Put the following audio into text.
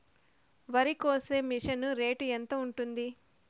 వరికోసే machine rate ఎంత ఉంటుంది?